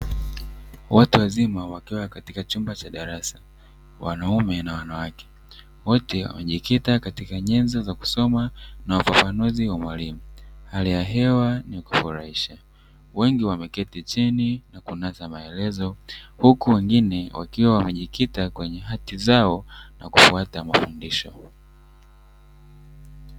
Watu wazima wakiwa katika chumba cha darasa wanaume na wanawake, wote wamejikita katika nyenzo za kusoma na ufafanuzi wa mwalimu, hali ya hewa ni ya kufurahisha. Wengi wameketi chini na kunasa maelezo huku wengine wakiwa wamejikita kwenye hati zao na kufuata mafundisho.